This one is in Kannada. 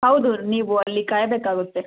ಹೌದು ನೀವು ಅಲ್ಲಿ ಕಾಯಬೇಕಾಗುತ್ತೆ